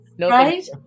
Right